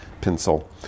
pencil